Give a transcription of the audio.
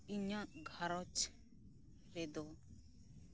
ᱤᱧᱟᱹᱜ ᱜᱷᱟᱨᱚᱧᱸᱡᱽ ᱨᱮᱫᱚ